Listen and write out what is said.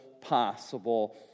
possible